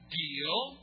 deal